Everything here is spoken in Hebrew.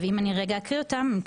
אקריא אותם: